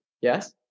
Yes